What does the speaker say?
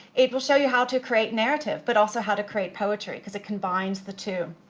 it will show you how to create narrative, but also how to create poetry because it combines the two.